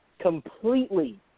completely